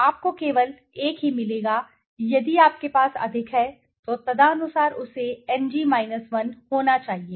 आपको केवल एक ही मिलेगा यदि आपके पास अधिक है तो तदनुसार उसे एनजी 1 होना चाहिए